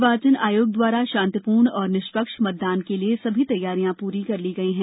निर्वाचन आयोग द्वारा शांतिपूर्ण और निष्पक्ष मतदान के लिए सभी तैयारियां पूरी कर ली गई हैं